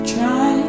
Try